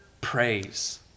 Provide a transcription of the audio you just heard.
praise